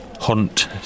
Hunt